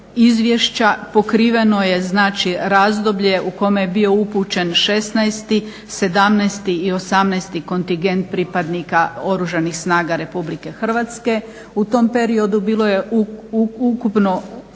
izvješća pokriveno je znači razdoblje u kome je bio upućen 16., 17. i 18. kontingent pripadnika Oružanih snaga Republike Hrvatske. U tom periodu bilo je ukupno